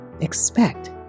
Expect